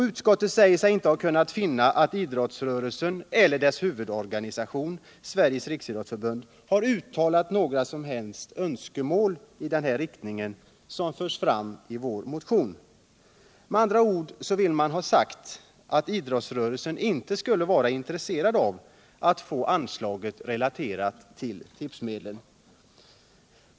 Utskottet säger också att man inte kunnat finna att idrottsrörelsen eller dess huvudorganisation, Sveriges riksidrottsförbund, har uttalat några sådana önskemål som förts fram i vår motion. Utskottet vill med andra ord ha sagt att idrottsrörelsen inte skulle vara intresserad av att få anslaget relaterat till tipsmedlen.